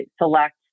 select